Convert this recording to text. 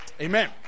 Amen